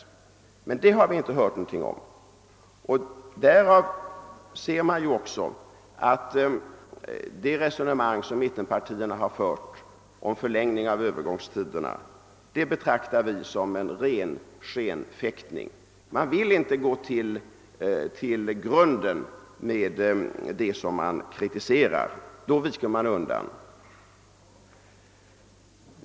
Det har vi inte hört någonting om. Det är därför vi betraktar det resonemang som mittenpartierna har fört om förlängning av Öövergångstiden som en ren skenfäktning. Man vill inte gå till grunden med det som man kritiserar, man viker undan.